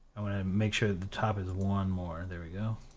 i'm gonna make sure the top is one more, there we go.